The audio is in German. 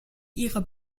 ihrer